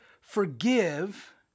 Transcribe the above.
forgive